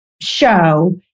show